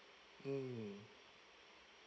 mm